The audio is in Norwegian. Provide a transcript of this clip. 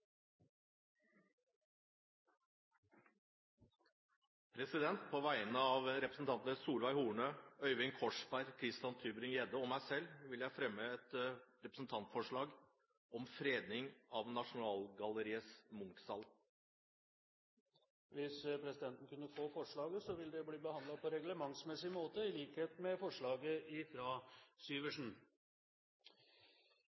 På vegne av representantene Solveig Horne, Øyvind Korsberg, Christian Tybring-Gjedde og meg selv vil jeg fremme et representantforslag om fredning av Nasjonalgalleriets Munch-sal. Forslagene vil bli behandlet på reglementsmessig måte. Jeg er glad for at jeg på